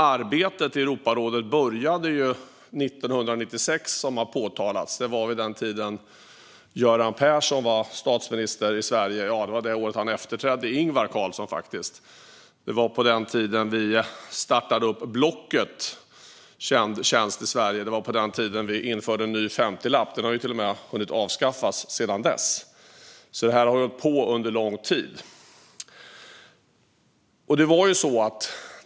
Arbetet i Europarådet började, som har påpekats, år 1996. Det var vid den tid då Göran Persson var statsminister i Sverige - det var faktiskt det år då han efterträdde Ingvar Carlsson. Det var på den tiden vi startade den kända tjänsten Blocket i Sverige, och det var på den tiden vi införde en ny 50-lapp. Den har ju till och med hunnit avskaffas sedan dess. Det här har alltså hållit på under lång tid.